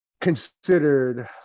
considered